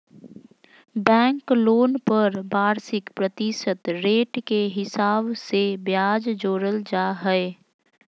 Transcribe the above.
bank loan पर वार्षिक प्रतिशत रेट के हिसाब से ब्याज जोड़ल जा हय